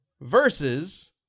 versus